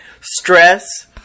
stress